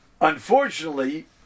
unfortunately